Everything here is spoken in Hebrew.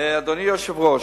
אדוני היושב-ראש,